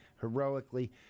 heroically